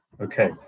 Okay